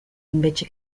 invece